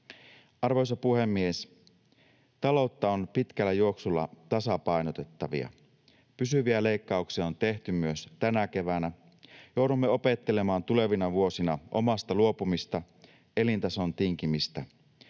Arvoisa puhemies! Taloutta on pitkällä juoksulla tasapainotettava. Pysyviä leikkauksia on tehty myös tänä keväänä. Joudumme opettelemaan tulevina vuosina omasta luopumista, elintason tinkimistä.